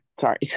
sorry